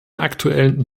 aktuellen